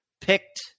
picked